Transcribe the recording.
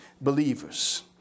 believers